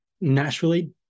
naturally